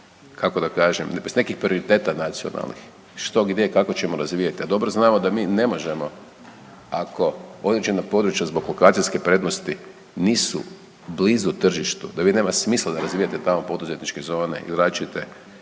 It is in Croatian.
kako da kažem bez nekih prioriteta nacionalnih što, gdje i kako ćemo razvijati. A dobro znamo da mi ne možemo ako određena područja zbog lokacijske prednosti nisu blizu tržištu, da vi nema smisla da razvijate tamo poduzetničke zone ili različite